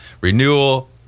renewal